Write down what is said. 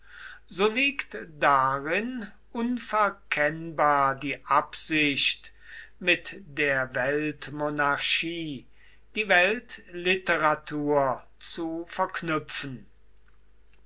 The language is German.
so liegt darin unverkennbar die absicht mit der weltmonarchie die weltliteratur zu verknüpfen